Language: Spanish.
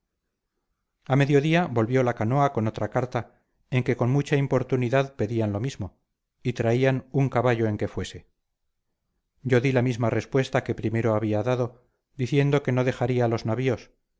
a mediodía volvió la canoa con otra carta en que con mucha importunidad pedían lo mismo y traían un caballo en que fuese yo di la misma respuesta que primero había dado diciendo que no dejaría los navíos